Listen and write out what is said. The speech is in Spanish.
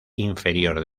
inferior